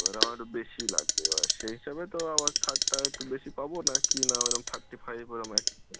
এবার আমার একটু বেশিই লাগবে এবার সেই হিসাবে তো আমার ছাড়টা একটু বেশি পাবো না কি না ওরম থার্টি ফাইভ ওরম একই থাকবে